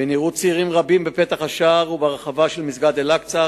ונראו צעירים רבים בפתח השער וברחבה של מסגד אל-אקצא,